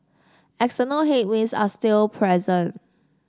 external headwinds are still present